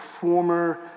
former